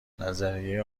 نظریه